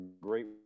great